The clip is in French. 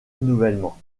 renouvellement